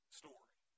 story